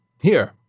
Here